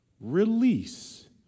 Release